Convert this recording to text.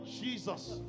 Jesus